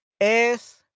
es